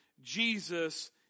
Jesus